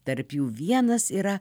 tarp jų vienas yra